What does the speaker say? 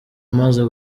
amaze